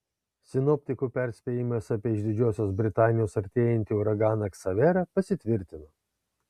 sinoptikų perspėjimas apie iš didžiosios britanijos artėjantį uraganą ksaverą pasitvirtino